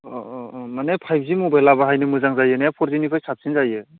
औ औ औ माने फाइभजि मबाइलआ बाहायनो मोजां जायो ने फरजिनिफ्राय साबसिन जायो